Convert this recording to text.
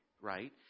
right